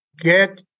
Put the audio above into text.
get